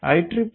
IEEE 802